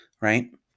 right